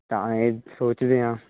ਤਾਂ ਇਹ ਸੋਚਦੇ ਹਾਂ